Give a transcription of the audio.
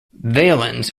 valens